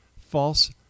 false